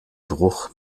bruch